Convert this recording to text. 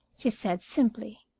she said simply.